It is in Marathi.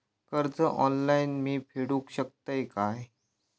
कर्ज ऑनलाइन मी फेडूक शकतय काय?